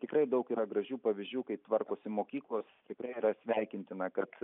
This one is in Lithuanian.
tikrai daug yra gražių pavyzdžių kai tvarkosi mokyklos tikrai yra sveikintina kad